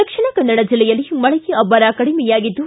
ದಕ್ಷಿಣ ಕನ್ನಡ ಜಿಲ್ಲೆಯಲ್ಲಿ ಮಳೆಯ ಅಬ್ಬರ ಕಡಿಮೆಯಾಗಿದ್ದು